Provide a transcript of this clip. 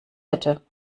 hätte